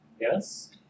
Yes